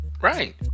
Right